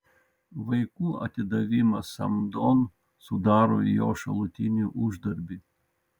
vaikų atidavimas samdon sudaro jo šalutinį uždarbį